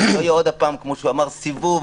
שלא יהיה עוד הפעם כמו שהוא אמר: סיבוב